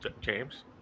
James